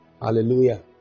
hallelujah